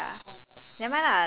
wait our hotpot is it